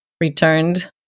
returned